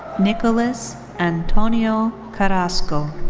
nicholas antonio carrasco.